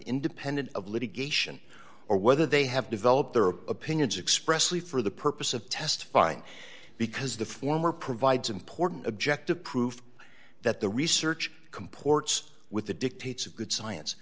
independent of litigation or whether they have developed their opinions express lee for the purpose of testifying because the former provides important objective proof that the research comports with the dictates of good science